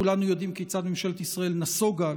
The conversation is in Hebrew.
כולנו יודעים כיצד ממשלת ישראל נסוגה,